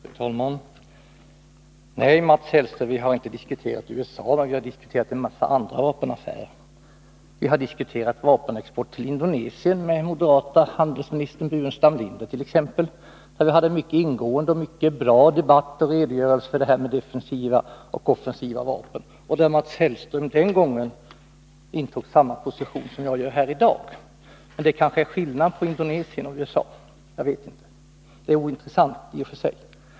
Fru talman! Nej, Mats Hellström, vi har inte diskuterat USA, men vi har diskuterat en mängd vapenaffärer när det gäller andra länder. Vi har diskuterat vapenexport till Indonesien med t.ex. den moderate handelsministern Burenstam Linder. Vi hade en mycket bra och ingående debatt om detta med defensiva och offensiva vapen. Den gången intog Mats Hellström samma position som jag gör i dag. Men det kanske är skillnad på Indonesien och USA. Jag vet inte, och det är ointressant i och för sig.